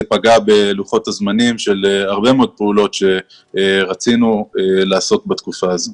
זה פגע בלוחות הזמנים של הרבה מאוד פעולות שרצינו לעשות בתקופה הזאת.